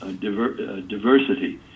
diversity